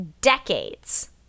decades